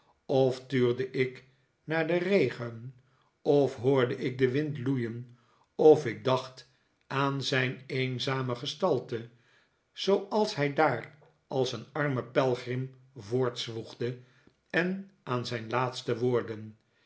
of tuurde ik naar den regen of hoorde ik den wind loeien of ik dacht aan zijn eenzame gestalte zooals hij daar als een arme pelgrim voortzwoegde en aan zijn laatste woorden